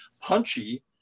punchy